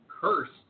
cursed